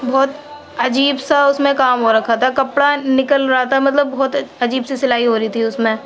بہت عجیب سا اُس میں كام ہو ركھا تھا کپڑا نکل رہا تھا مطلب بہت عجیب سی سلائی ہو رہی تھی اُس میں